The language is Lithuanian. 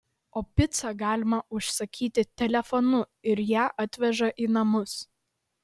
o picą galima užsakyti telefonu ir ją atveža į namus